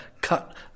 cut